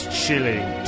chilling